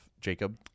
Jacob